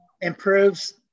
improves